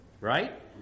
right